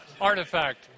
artifact